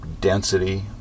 density